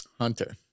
Hunter